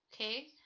okay